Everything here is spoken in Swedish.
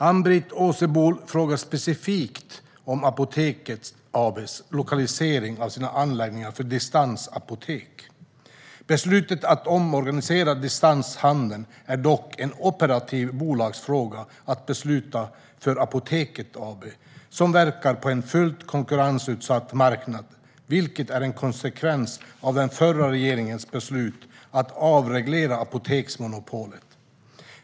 Ann-Britt Åsebol frågar specifikt om Apoteket AB:s lokalisering av sina anläggningar för distansapotek. Beslutet att omorganisera distanshandeln är dock en operativ bolagsfråga att besluta för Apoteket AB, som verkar på en fullt konkurrensutsatt marknad, vilket är en konsekvens av den förra regeringens beslut att avreglera apoteksmonopolet.